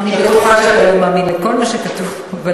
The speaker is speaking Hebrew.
אני בטוחה שאתה לא מאמין לכל מה שכתוב בעיתון,